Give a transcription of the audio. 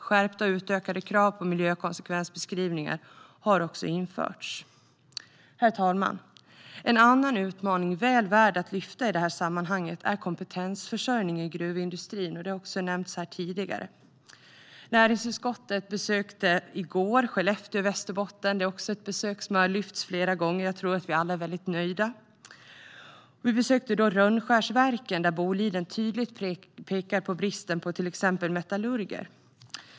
Skärpta och utökade krav på miljökonsekvensbeskrivningar har införts. Herr talman! En annan utmaning väl värd att lyfta fram i det här sammanhanget är kompetensförsörjning i gruvindustrin. Det har också nämnts här tidigare. Näringsutskottet besökte i går Skellefteå i Västerbotten. Det är ett besök som har lyfts fram här flera gånger; jag tror att vi alla är väldigt nöjda. Vi besökte Rönnskärsverken, där Boliden tydligt pekar på bristen på metallurger.